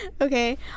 Okay